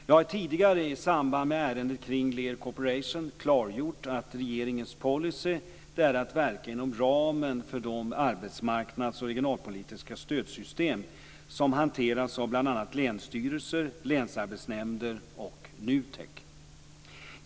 Jag har tidigare, i samband med ärenden kring Lear Corporation, klargjort att regeringens policy är att verka inom ramen för de arbetsmarknads och regionalpolitiska stödsystem som hanteras av bl.a. länsstyrelser, länsarbetsnämnder och NUTEK.